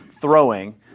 throwing